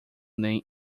nem